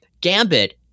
Gambit